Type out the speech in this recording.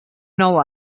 nou